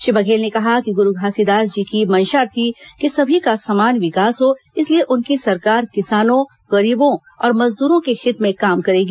श्री बघेल ने कहा कि गुरू घासीदास जी की मंशा थी कि सभी का समान विकास हो इसलिए उनकी सरकार किसानों गरीबों और मजदूरों के हित में काम करेगी